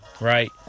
Right